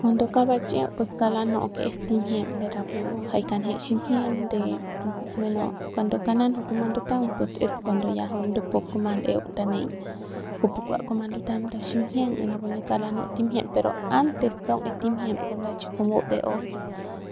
Cuando kauk ba chi'iuk pus kauk lanu'u pues es timjiem de rapu jay kanjet ximjieng de buen cuando kanan juy kuma ndutaung pues es cuando juy ya ndupup kuma l'eung tameiñ kujupu kua kuma ndutam nda ximjieng y napu ne kauk lanu'u timjieng pero antes kaung es timjiem con nda chi kumu de oso